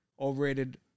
overrated